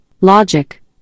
logic